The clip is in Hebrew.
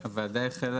כ"ה בטבת התשפ"ב,